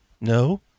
No